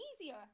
easier